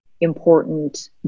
important